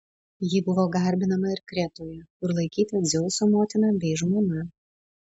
ji buvo garbinama ir kretoje kur laikyta dzeuso motina bei žmona